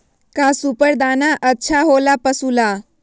का सुपर दाना अच्छा हो ला पशु ला?